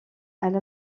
elle